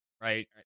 right